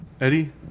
Eddie